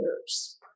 years